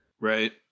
Right